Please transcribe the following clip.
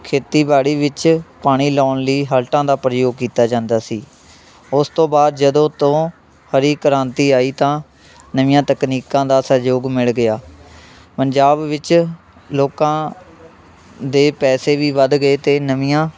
ਖੇਤੀਬਾੜੀ ਵਿੱਚ ਪਾਣੀ ਲਾਉਣ ਲਈ ਹਲਟਾਂ ਦਾ ਪ੍ਰਯੋਗ ਕੀਤਾ ਜਾਂਦਾ ਸੀ ਉਸ ਤੋਂ ਬਾਅਦ ਜਦੋਂ ਤੋਂ ਹਰੀ ਕ੍ਰਾਂਤੀ ਆਈ ਤਾਂ ਨਵੀਆਂ ਤਕਨੀਕਾਂ ਦਾ ਸਹਿਯੋਗ ਮਿਲ ਗਿਆ ਪੰਜਾਬ ਵਿੱਚ ਲੋਕਾਂ ਦੇ ਪੈਸੇ ਵੀ ਵੱਧ ਗਏ ਅਤੇ ਨਵੀਆਂ